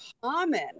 common